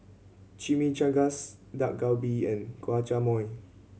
Chimichangas Dak Galbi and Guacamole